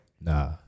Nah